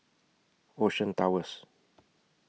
Ocean Towers